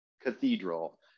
cathedral